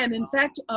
and in fact,